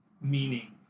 meaning